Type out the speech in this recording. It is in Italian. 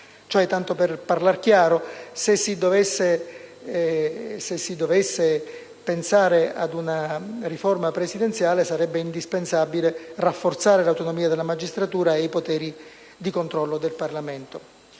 Tanto per parlar chiaro, se si dovesse pensare ad una riforma presidenziale sarebbe indispensabile rafforzare l'autonomia della magistratura e i poteri di controllo del Parlamento.